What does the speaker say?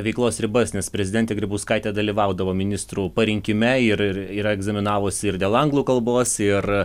veiklos ribas nes prezidentė grybauskaitė dalyvaudavo ministrų parinkime ir ir yra egzaminavusi ir dėl anglų kalbos ir